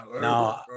No